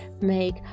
make